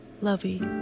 lovey